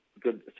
good